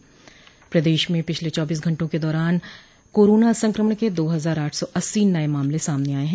प्रदेश में पिछले चौबीस घंटे के दौरान कोरोना संक्रमण के दो हजार आठ सौ अस्सी नये मामले सामने आये हैं